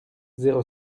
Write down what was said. zéro